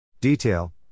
Detail